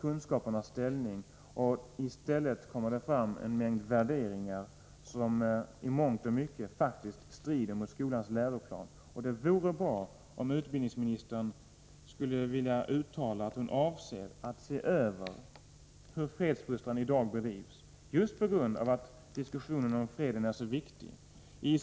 Kunskapernas ställning sidoordnas, och i stället blir det fråga om en mängd värderingar som i mångt och mycket faktiskt strider mot skolans läroplan. Det vore bra om utbildningsministern ville uttala att hon tänker se över hur fredsfostran i dag bedrivs — just mot bakgrund av att diskussionerna om freden är så viktiga.